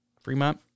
Fremont